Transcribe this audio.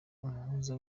umuhuza